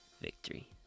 victory